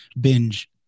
binge